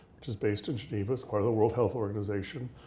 which is based in geneva as kind of the world health organization,